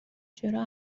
چرا